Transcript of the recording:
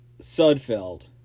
Sudfeld